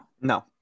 no